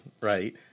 right